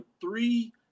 three